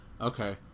Okay